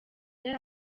yari